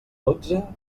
dotze